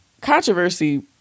controversy